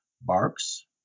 barks